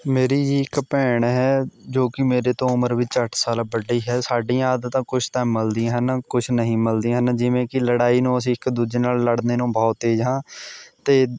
ਮੇਰੀ ਜੀ ਇੱਕ ਭੈਣ ਹੈ ਜੋ ਕਿ ਮੇਰੇ ਤੋਂ ਉਮਰ ਵਿੱਚ ਅੱਠ ਸਾਲ ਵੱਡੀ ਹੈ ਸਾਡੀਆਂ ਆਦਤਾਂ ਕੁਝ ਤਾਂ ਮਿਲਦੀਆਂ ਹਨ ਕੁਛ ਨਹੀਂ ਮਿਲਦੀਆਂ ਹਨ ਜਿਵੇਂ ਕਿ ਲੜਾਈ ਨੂੰ ਅਸੀਂ ਇੱਕ ਦੂਜੇ ਨਾਲ ਲੜਨੇ ਨੂੰ ਬਹੁਤ ਤੇਜ਼ ਹਾਂ ਅਤੇ